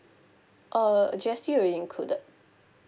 uh G_S_T already included